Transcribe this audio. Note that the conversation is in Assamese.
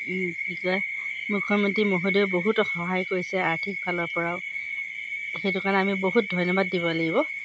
কি কয় মুখ্যমন্ত্ৰী মহোদয় বহুত সহায় কৰিছে আৰ্থিক ফালৰ পৰাও সেইটো কাৰণে আমি বহুত ধন্যবাদ দিব লাগিব